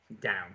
down